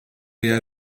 yer